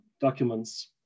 documents